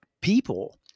people